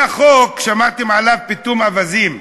היה חוק, שמעתם עליו, פיטום אווזים,